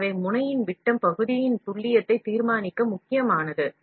எனவே மாதிரியின் துல்லியத்தை தீர்மானிக்க முனை விட்டம் முக்கியமானது